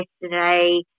yesterday